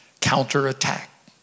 counterattack